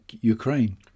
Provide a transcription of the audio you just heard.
Ukraine